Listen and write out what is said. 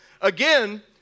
Again